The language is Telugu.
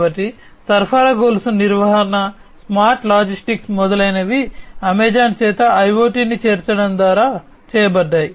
కాబట్టి సరఫరా గొలుసు నిర్వహణ స్మార్ట్ లాజిస్టిక్స్ మొదలైనవి అమెజాన్ చేత IoT ను చేర్చడం ద్వారా చేయబడ్డాయి